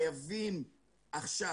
חייבים עכשיו,